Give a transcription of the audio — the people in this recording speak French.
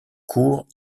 courts